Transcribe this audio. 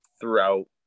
Throughout